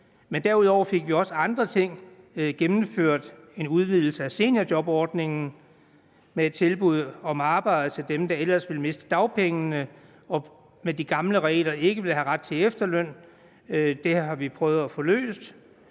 år. Derudover fik vi også andre ting gennemført: en udvidelse af seniorjobordningen med et tilbud om arbejde til dem, der ellers ville miste dagpengene og med de gamle regler ikke ville have ret til efterløn. Det har vi prøvet at få løst.